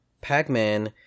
Pac-Man